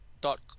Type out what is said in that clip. dot